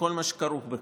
וכל מה שכרוך בכך.